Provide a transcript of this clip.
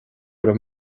raibh